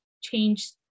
change